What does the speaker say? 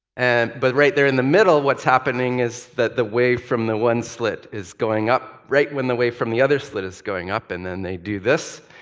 and but right there in the middle, what's happening is that the wave from the one slit is going up right when the wave from the other slit is going up, and then they do this,